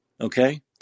Okay